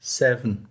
seven